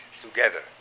together